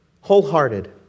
wholehearted